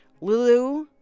Lulu